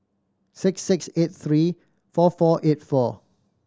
six six eight three four four eight four